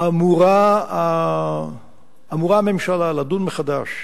אמורה הממשלה לדון מחדש